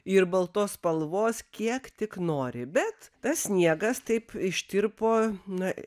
ir baltos spalvos kiek tik nori bet tas sniegas taip ištirpo na